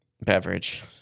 beverage